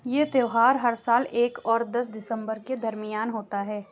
یہ تہوار ہر سال ایک اور دس دسمبر کے درمیان ہوتا ہے